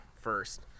First